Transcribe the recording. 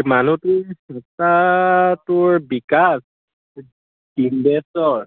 ইমানুল তোৰ এটা তোৰ বিকাশ তাৰপা ডিম্বেশ্বৰ